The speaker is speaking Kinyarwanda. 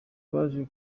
twaje